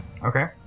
Okay